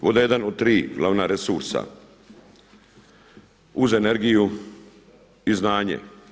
Voda je jedan od tri glavna resursa uz energiju i znanje.